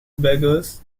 beggars